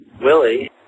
Willie